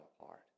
apart